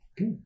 Okay